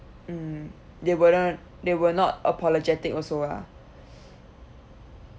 mm they wouldn't they were not apologetic also lah